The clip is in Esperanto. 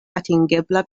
atingebla